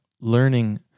learning